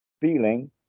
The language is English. feeling